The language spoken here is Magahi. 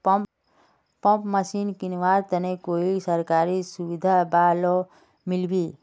पंप मशीन किनवार तने कोई सरकारी सुविधा बा लव मिल्बी?